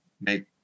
make